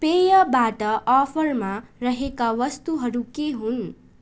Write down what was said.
पेयबाट अफरमा रहेका वस्तुहरू के हुन्